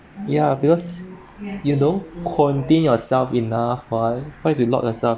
ya because you don't quarantine yourself enough [what] what if you lock yourself